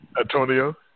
Antonio